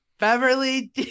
Beverly